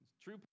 True